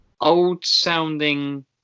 old-sounding